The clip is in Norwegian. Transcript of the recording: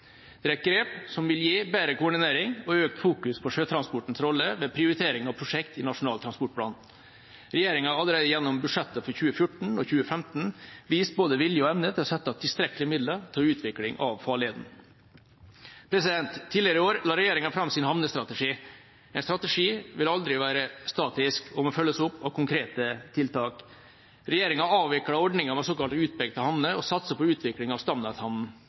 Det er et grep som vil gi bedre koordinering og økt fokus på sjøtransportens rolle ved prioritering av prosjekt i Nasjonal transportplan. Regjeringa har allerede gjennom budsjettene for 2014 og for 2015 vist både vilje og evne til å sette av tilstrekkelige midler til utvikling av farleden. Tidligere i år la regjeringa fram sin havnestrategi. En strategi vil aldri være statisk og må følges opp av konkrete tiltak. Regjeringa avviklet ordninga med såkalt utpekte havner og satser på utvikling av